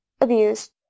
abused